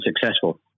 successful